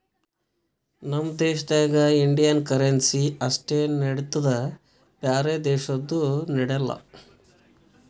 ನಮ್ ದೇಶದಾಗ್ Indian currency ಅಷ್ಟೇ ನಡಿತ್ತುದ್ ಬ್ಯಾರೆ ದೇಶದು ನಡ್ಯಾಲ್